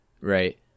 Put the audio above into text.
right